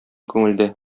күңелдә